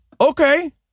Okay